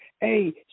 hey